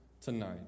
tonight